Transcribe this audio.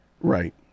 Right